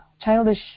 childish